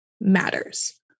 matters